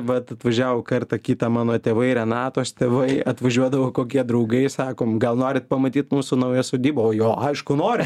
vat atvažiavo kartą kitą mano tėvai renatos tėvai atvažiuodavo kokie draugai sakom gal norit pamatyt mūsų naują sodybą o jo aišku nori